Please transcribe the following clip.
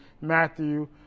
Matthew